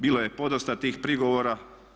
Bilo je podosta tih prigovora.